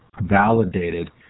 validated